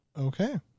okay